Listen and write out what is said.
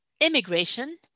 immigration